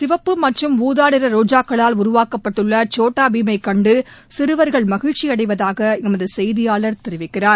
சிவப்பு மற்றும் ஊதா நிற ரோஜாக்களால் உருவாக்கப்பட்டுள்ள சோட்டா பீமை கண்டு சிறுவா்கள் மகிழ்ச்சியடைவதாக எமது செய்தியாளர் தெரிவிக்கிறார்